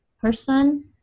person